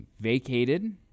vacated